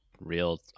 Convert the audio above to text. real